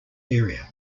area